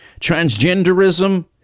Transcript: Transgenderism